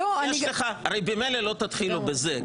הרי ממילא לא תתחילו בזה.